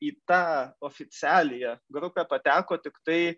į tą oficialiąją grupę pateko tiktai